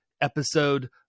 episode